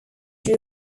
drew